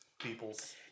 peoples